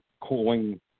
cooling